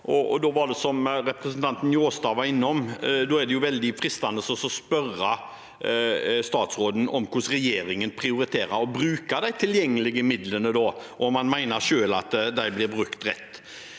Da er det, som representanten Njåstad var innom, veldig fristende å spørre statsråden om hvordan regjeringen prioriterer å bruke de tilgjengelige midlene, og om han selv mener at de blir brukt rett.